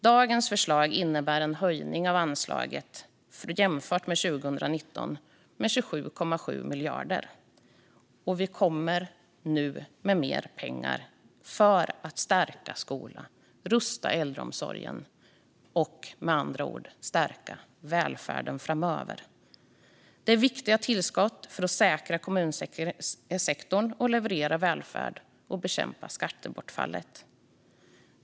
Dagens förslag innebär en höjning av anslaget med 27,7 miljarder jämfört med 2019. Och vi kommer nu med mer pengar för att stärka skolan, rusta äldreomsorgen och med andra ord stärka välfärden framöver. Det är viktiga tillskott för att säkra kommunsektorn, leverera välfärd och bekämpa skattebortfallet.